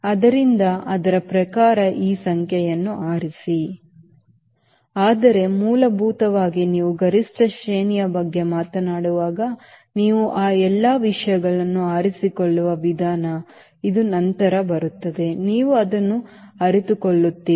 ಆದ್ದರಿಂದ ಅದರ ಪ್ರಕಾರ ಆ ಸಂಖ್ಯೆಯನ್ನು ಆರಿಸಿ ಆದರೆ ಮೂಲಭೂತವಾಗಿ ನೀವು ಗರಿಷ್ಠ ಶ್ರೇಣಿಯ ಬಗ್ಗೆ ಮಾತನಾಡುವಾಗ ನೀವು ಆ ಎಲ್ಲಾ ವಿಷಯಗಳನ್ನು ಆರಿಸಿಕೊಳ್ಳುವ ವಿಧಾನ ಇದು ನಂತರ ಬರುತ್ತದೆ ನೀವು ಅದನ್ನು ಅರಿತುಕೊಳ್ಳುತ್ತೀರಿ